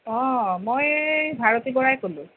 অঁ মই ভাৰতী বৰাই ক'লোঁ